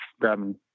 grabbing